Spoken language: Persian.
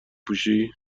پوشی